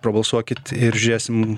pabalsuokit ir žiūrėsim